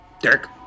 Dirk